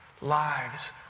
lives